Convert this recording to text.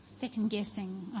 second-guessing